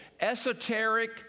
esoteric